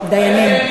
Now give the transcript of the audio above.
דיינים.